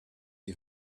die